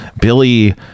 Billy